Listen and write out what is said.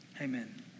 Amen